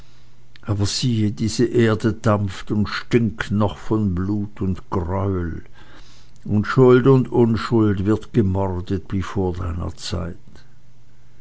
aber siehe diese erde dampft und stinkt noch von blut und greuel und schuld und unschuld wird gemordet wie vor deiner zeit